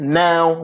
now